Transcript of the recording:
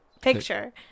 picture